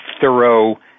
thorough